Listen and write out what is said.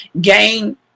gain